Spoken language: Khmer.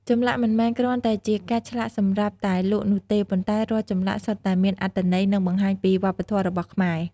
ចម្លាក់មិនមែនគ្រាន់តែជាការឆ្លាក់សម្រាប់តែលក់នោះទេ ប៉ុន្តែរាល់ចម្លាក់សុទ្ធតែមានអត្ថន័យ និងបង្ហាញពីវប្បធម៌របស់ខ្មែរ។